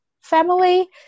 family